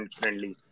friendly